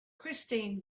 christine